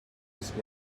waste